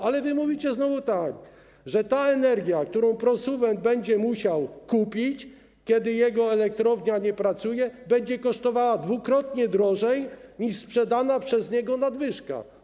Ale wy mówicie znowu tak: energia, którą prosument będzie musiał kupić, kiedy jego elektrownia nie pracuje, będzie kosztowała dwukrotnie więcej niż sprzedana przez niego nadwyżka.